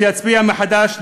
שיצביע מחדש,